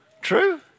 True